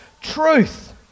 truth